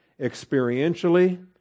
experientially